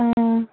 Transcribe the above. ꯑꯥ